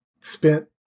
spent